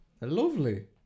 lovely